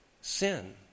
sin